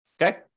okay